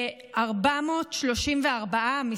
כ-434 דרוזים נפלו במלחמות ישראל,